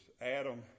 Adam